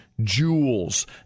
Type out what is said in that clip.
jewels